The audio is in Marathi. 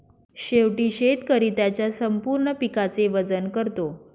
शेवटी शेतकरी त्याच्या संपूर्ण पिकाचे वजन करतो